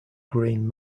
green